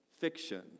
fiction